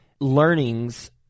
learnings